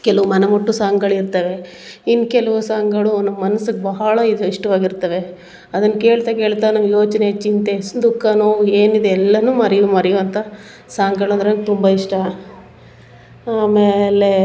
ಕೆಲವು ಮನಮುಟ್ಟುವ ಸಾಂಗಳು ಇರ್ತವೆ ಇನ್ನು ಕೆಲವು ಸಾಂಗಳು ನಮ್ಮ ಮನ್ಸಿಗೆ ಬಹಳ ಇದು ಇಷ್ಟವಾಗಿರ್ತವೆ ಅದನ್ನು ಕೇಳ್ತಾ ಕೇಳ್ತಾ ನಮ್ಮ ಯೋಚನೆ ಚಿಂತೆ ಸ್ ದುಃಖ ನೋವು ಏನಿದೆ ಎಲ್ಲಾ ಮರೆವ ಮರೆವಂಥ ಸಾಂಗಳು ಅಂದರೆ ನನ್ಗೆ ತುಂಬ ಇಷ್ಟ ಆಮೇಲೆ